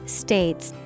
states